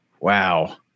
wow